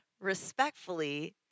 respectfully